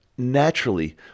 naturally